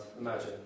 imagine